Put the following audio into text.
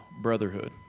brotherhood